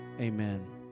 amen